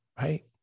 right